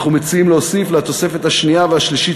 אנחנו מציעים להוסיף לתוספת השנייה והשלישית